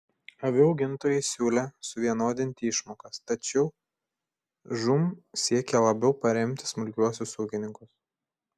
avių augintojai siūlė suvienodinti išmokas tačiau žūm siekė labiau paremti smulkiuosius ūkininkus